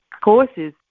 courses